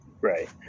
Right